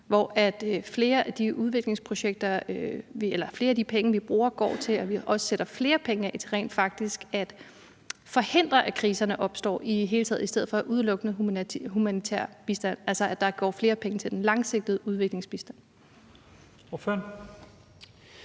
at flere af de penge, vi bruger, skal gå til, at vi også sætter flere penge af til rent faktisk at forhindre, at kriserne i det hele taget opstår, i stedet for udelukkende humanitær bistand, altså at der skal gå flere penge til den langsigtede udviklingsbistand? Kl.